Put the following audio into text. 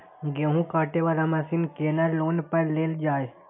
गेहूँ काटे वाला मशीन केना लोन पर लेल जाय?